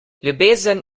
ljubezen